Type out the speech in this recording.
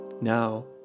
Now